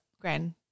grand